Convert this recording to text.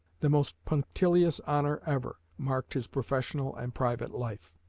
the most punctilious honor ever marked his professional and private life.